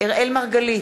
אראל מרגלית,